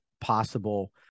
possible